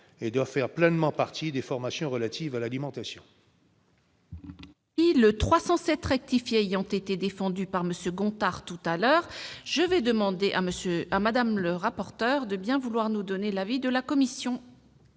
et doit faire pleinement partie des formations en matière d'alimentation.